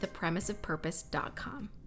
thepremiseofpurpose.com